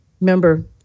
Remember